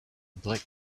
black